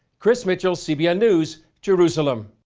chris mitchell, cbn news, jerusalem.